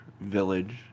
village